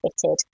fitted